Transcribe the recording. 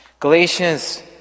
Galatians